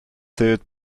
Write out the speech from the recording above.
third